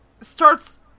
starts